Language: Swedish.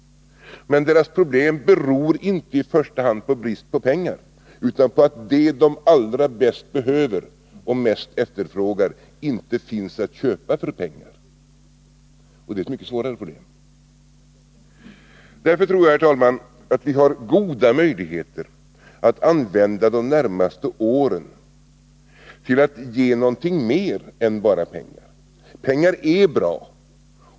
Deras problem beror emellertid inte i första hand på brist på pengar utan på att det de allra bäst behöver och mest efterfrågar inte finns att köpa för pengar. Och det är ett mycket svårare problem. Jag tror, herr talman, att vi har goda möjligheter att använda de närmaste åren till att ge något mer än bara pengar. Pengar är bra.